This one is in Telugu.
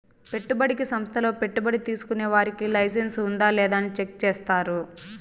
పెట్టుబడికి సంస్థల్లో పెట్టుబడి తీసుకునే వారికి లైసెన్స్ ఉందా లేదా అని చెక్ చేస్తారు